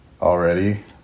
already